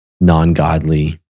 non-godly